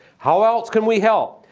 how else can we help?